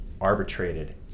arbitrated